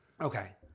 Okay